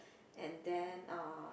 and then uh